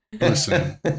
listen